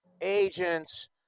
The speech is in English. agents